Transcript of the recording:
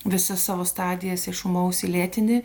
visas savo stadijas iš ūmaus į lėtinį